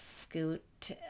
scoot